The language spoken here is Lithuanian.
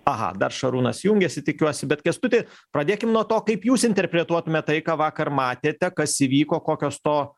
aha dar šarūnas jungiasi tikiuosi bet kęstuti pradėkim nuo to kaip jūs interpretuotumėt tai ką vakar matėte kas įvyko kokios to